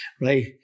right